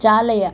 चालय